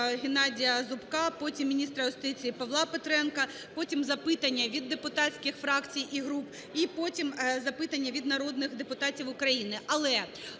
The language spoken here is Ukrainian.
Геннадія Зубка, потім міністра юстиції Павла Петренка. Потім запитання від депутатських фракцій і груп. І потім запитання від народних депутатів України.